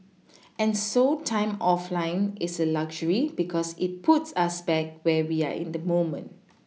and so time offline is a luxury because it puts us back where we are in the moment